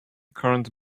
current